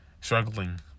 struggling